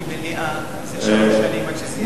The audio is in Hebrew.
כי מליאה זה שלוש שנים עד שזה,